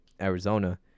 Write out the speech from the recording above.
arizona